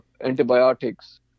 antibiotics